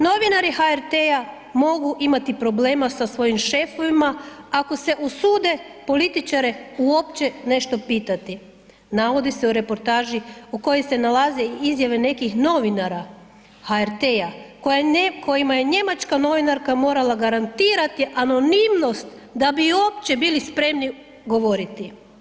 Novinari HRT-a mogu imati problema sa svojim šefovima ako se usude političare uopće nešto pitati, navodi se u reportaži u kojoj se nalaze i izjave nekih novinara HRT-a kojima je njemačka novinarka morala garantirati anonimnost da bi uopće bili spremni govoriti.